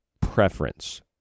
preference